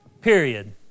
period